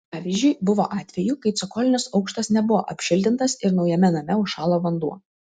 pavyzdžiui buvo atvejų kai cokolinis aukštas nebuvo apšiltintas ir naujame name užšalo vanduo